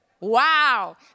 Wow